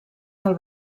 del